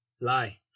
lie